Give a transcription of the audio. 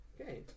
Okay